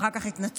ואחר כך התנצל,